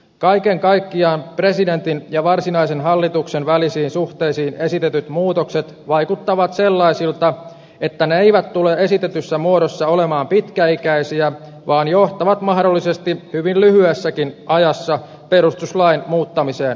kaiken kaikkiaan presidentin ja varsinaisen hallituksen välisiin suhteisiin esitetyt muutokset vaikuttavat sellaisilta että ne eivät tule esitetyssä muodossa olemaan pitkäikäisiä vaan johtavat mahdollisesti hyvin lyhyessäkin ajassa perustuslain muuttamiseen uudestaan